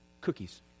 cookies